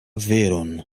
veron